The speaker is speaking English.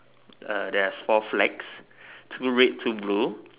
err there's four flags two red two blue